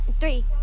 three